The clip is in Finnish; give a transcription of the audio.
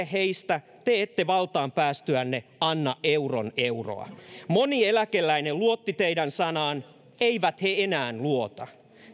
heistä te ette valtaan päästyänne anna euron euroa moni eläkeläinen luotti teidän sanaan eivät he enää luota